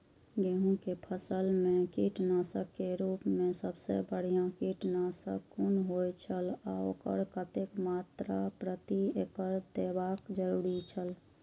गेहूं के फसल मेय कीटनाशक के रुप मेय सबसे बढ़िया कीटनाशक कुन होए छल आ ओकर कतेक मात्रा प्रति एकड़ देबाक जरुरी छल?